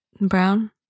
Brown